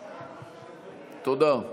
תודה.